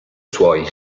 suoi